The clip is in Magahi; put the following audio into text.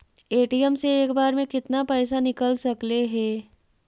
ए.टी.एम से एक बार मे केतना पैसा निकल सकले हे?